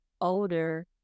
older